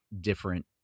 different